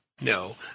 no